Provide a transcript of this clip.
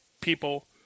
people